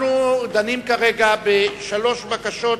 אנחנו דנים כרגע בשלוש בקשות